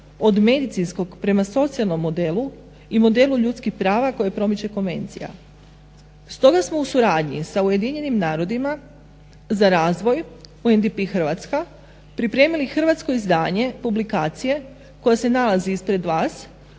od medicinskog prema socijalnom modelu i modelu ljudskih prava koji promiče konvencija. Stoga smo u suradnji s UN-om za razvoj NDP Hrvatska pripremili hrvatsko izdanje publikacije koja se nalazi ispred vas.